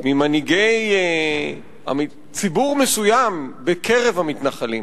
ממנהיגי ציבור מסוים בקרב המתנחלים,